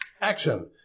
action